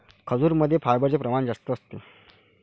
खजूरमध्ये फायबरचे प्रमाण जास्त असते